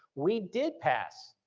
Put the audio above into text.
we did pass